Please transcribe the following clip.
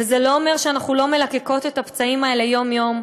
וזה לא אומר שאנחנו לא מלקקות את הפצעים האלה יום-יום,